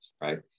right